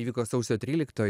įvyko sausio tryliktoji